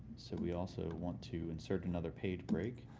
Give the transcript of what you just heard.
so we also want to insert another page break,